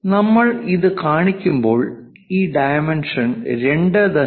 നമ്മൾ ഇത് കാണിക്കുമ്പോൾ ഈ ഡൈമെൻഷൻ 2